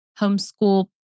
homeschool